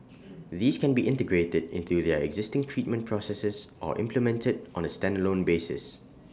these can be integrated into their existing treatment processes or implemented on A standalone basis